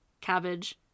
cabbage